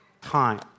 time